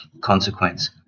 consequence